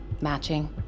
Matching